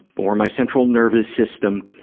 or my central nervous system